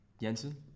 Jensen